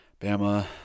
Bama